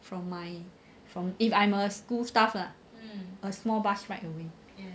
from my from if I'm a school staff lah a small bus ride away